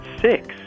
six